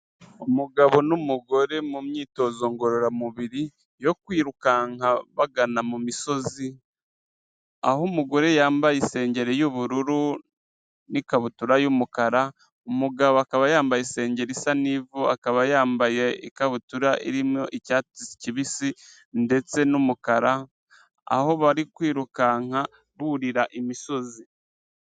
Umugabo n'umugore mu myitozo ngororamubiri yo kwirukanka bagana mu misozi, aho umugore yambaye isengeri y'ubururu n'ikabutura y'umukara, umugabo akaba yambaye isengeri isa n'ivu akaba yambaye ikabutura irimo icyatsi kibisi ndetse n'umukara, aho bari kwirukanka burira imisozi.